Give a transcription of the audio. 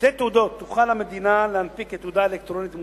שתי תעודות תוכל המדינה להנפיק כתעודה אלקטרונית מאושרת: